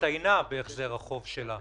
הצטיינה בהחזר החוב שלה.